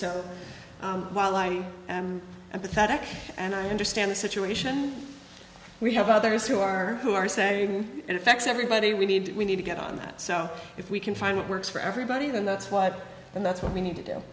while i am a pathetic and i understand the situation we have others who are who are saying it affects everybody we need we need to get on that so if we can find what works for everybody then that's what and that's what we need to do